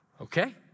okay